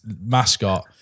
mascot